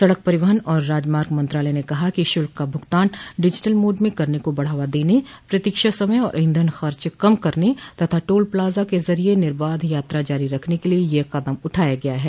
सड़क परिवहन और राजमार्ग मंत्रालय ने कहा है कि शुल्क का भुगतान डिजिटल मोड में करने को बढ़ावा देने प्रतीक्षा समय और ईधन खर्च कम करने तथा टोल प्लाजा के जरिये निर्बाध यात्रा जारी रखने के लिए यह कदम उठाया गया है